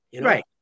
Right